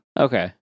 Okay